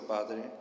Padre